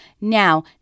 Now